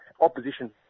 opposition